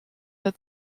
der